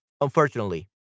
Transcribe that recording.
unfortunately